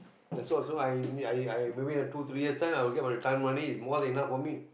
that's why so I I may I I maybe in two three years time I will get my retirement money it's more than enough for me